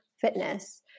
fitness